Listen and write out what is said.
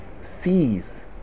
sees